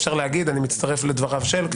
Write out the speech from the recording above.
אפשר להגיד שאתם מצטרפים לדבריו של זה וזה,